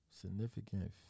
Significant